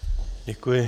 Děkuji.